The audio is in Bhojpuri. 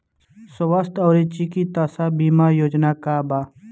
स्वस्थ और चिकित्सा बीमा योजना का बा?